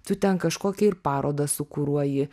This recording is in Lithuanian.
tu ten kažkokią ir parodą sukuruoji